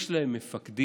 יש להם מפקדים,